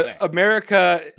America